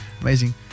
amazing